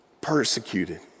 persecuted